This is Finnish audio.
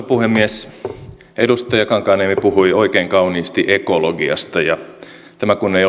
puhemies edustaja kankaanniemi puhui oikein kauniisti ekologiasta ja tämä kun ei